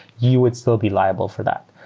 you would still be liable for that.